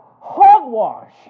Hogwash